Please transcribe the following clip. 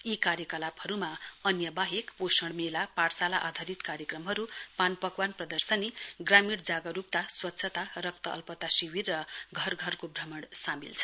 यी कार्यलापहरुमा अन्य वाहेक पोषण मेला पाठशाला आधारित कार्यक्रमहरु पानपकवान प्रदर्शनी ग्रामीण जागरुकता स्वच्छता रक्तअल्पता शिविर र घर घर भ्रमण सामेल छन्